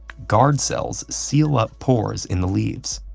guard cells seal up pores in the leaves.